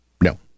no